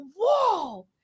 whoa